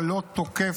זה צבא,